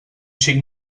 xic